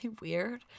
weird